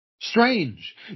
Strange